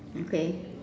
okay